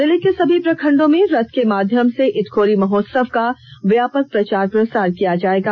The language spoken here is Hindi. जिले के सभी प्रखंडो में रथ के माध्यम से इटखोरी महोत्सव का व्यापक प्रचार प्रसार किया जायेगा